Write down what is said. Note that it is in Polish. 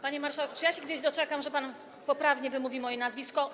Panie marszałku, czy ja się kiedyś doczekam, że pan poprawnie wymówi moje nazwisko?